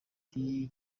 iki